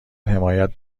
حمایت